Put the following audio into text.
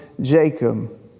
Jacob